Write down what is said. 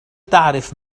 تعرف